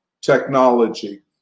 technology